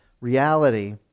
reality